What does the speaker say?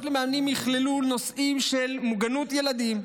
למאמנים יכללו נושאים של מוגנות ילדים,